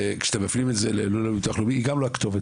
וכשאתם מפנים את זה ללודה מביטוח הלאומי היא גם לא הכתובת.